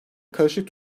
karışık